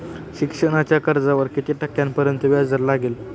शिक्षणाच्या कर्जावर किती टक्क्यांपर्यंत व्याजदर लागेल?